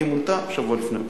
היא מונתה שבוע לפני הבחירות.